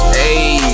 hey